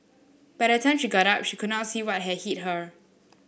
by the time she got up she could not see what had hit her